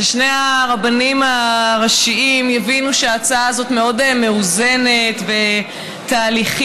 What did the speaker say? ששני הרבנים הראשיים יבינו שההצעה הזאת מאוד מאוזנת ותהליכית,